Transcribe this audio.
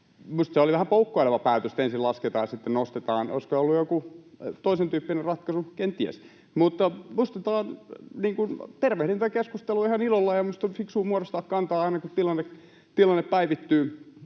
Minusta se oli vähän poukkoileva päätös, että ensin lasketaan ja sitten nostetaan. Olisiko ollut joku toisentyyppinen ratkaisu? Kenties. Tervehdin tätä keskustelua ihan ilolla, ja minusta on fiksua muodostaa kantaa aina kun tilanne päivittyy